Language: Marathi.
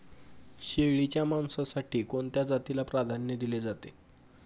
शेळीच्या मांसासाठी कोणत्या जातीला प्राधान्य दिले जाते?